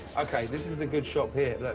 okay this is a good shop here.